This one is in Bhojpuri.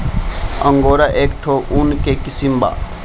अंगोरा एक ठो ऊन के किसिम बा